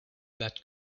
that